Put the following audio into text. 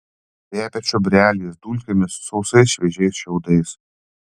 kvepia čiobreliais dulkėmis sausais šviežiais šiaudais